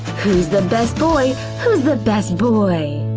who's the best boy? who's the best boy?